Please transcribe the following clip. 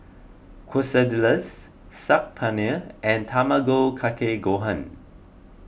Quesadillas Saag Paneer and Tamago Kake Gohan